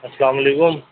السلام و علیکم